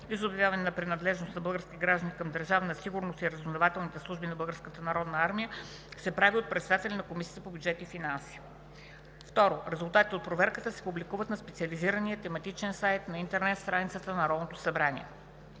обявяване на принадлежност на български граждани към Държавна сигурност и разузнавателните служби на Българската народна армия се прави от председателя на Комисията по бюджет и финанси. 2. Резултатите от проверката се публикуват на специализирания тематичен сайт на интернет страницата на Народното събрание.